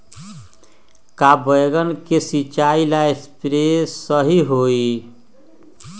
का बैगन के सिचाई ला सप्रे सही होई?